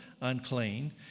unclean